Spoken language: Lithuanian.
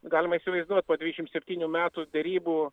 galima įsivaizduoti po dvidešimt septynių metų derybų